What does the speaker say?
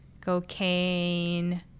cocaine